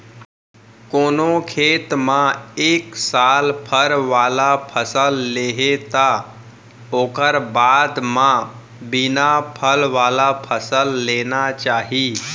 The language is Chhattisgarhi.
कोनो खेत म एक साल फर वाला फसल ले हे त ओखर बाद म बिना फल वाला फसल लेना चाही